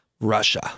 Russia